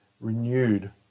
renewed